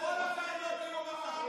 כל הוועדות היו ככה,